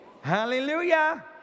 Hallelujah